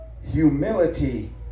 humility